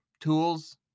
tools